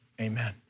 Amen